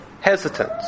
hesitant